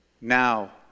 Now